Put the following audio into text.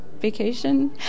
vacation